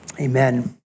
amen